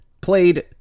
played